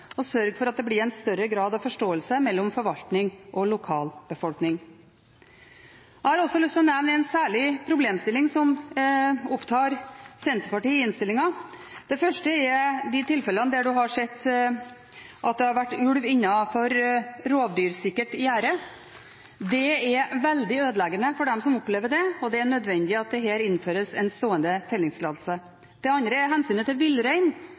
blir en større grad av forståelse mellom forvaltning og lokalbefolkning. Jeg har også lyst til å nevne en særlig problemstilling som opptar Senterpartiet i innstillingen. Det første er de tilfellene der en har sett at det har vært ulv innenfor rovdyrsikkert gjerde. Det er veldig ødeleggende for dem som opplever det, og det er nødvendig at det her innføres en stående fellingstillatelse. Det andre er hensynet til villrein,